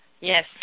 Yes